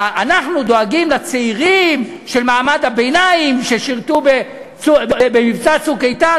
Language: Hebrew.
אנחנו דואגים לצעירים של מעמד הביניים ששירתו במבצע "צוק איתן".